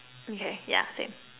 okay yeah same